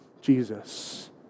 Jesus